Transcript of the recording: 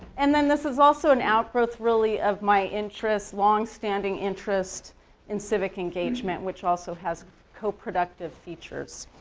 and then this is also an outgrowth really of my interest, longstanding interest in civic engagement which also has co-productive features,